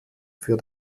für